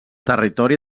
territori